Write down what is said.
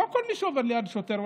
לא כל מי שעובר ליד שוטר,